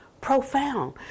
profound